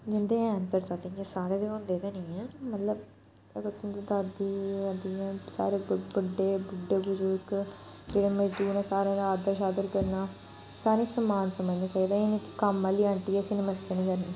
जिंदे हैन पढ़दादे जे सारें दे होंदे गै नेईं हैन मतलब अगर तुंदियां दादी दादियां हैन सारे बड्डे बुड्ढे बजुर्ग ते मजदूरें सारें दा आदर शादर करना सारें गी समान समझना चाहिदा एह् नी कम्म आह्ली अण्टी ऐ इसी नमस्ते नी करनी